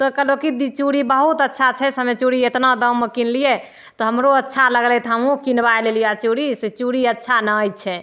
तऽ कहलहुँ कि चूड़ी बहुत अच्छा छै से हमे चूड़ी एतना दाममे किनलियै तऽ हमरो अच्छा लगलै तऽ हमहूँ किनबै लेलियै आ चूड़ी से चूड़ी अच्छा नहि छै